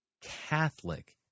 Catholic